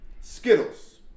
Skittles